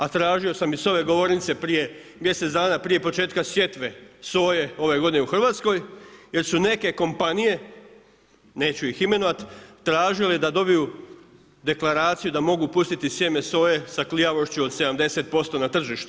A tražio sam i sa ove govornice prije mjesec dana, prije početka sjetve soje ove godine u Hrvatskoj jer su neke kompanije, neću ih imenovat, tražile da dobiju deklaraciju da mogu pustiti sjeme soje sa klijavošću od 70% na tržište.